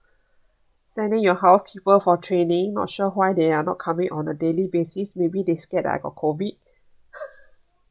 sending your housekeeper for training not sure why they are not coming on a daily basis maybe they scared that I got COVID